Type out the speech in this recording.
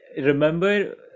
remember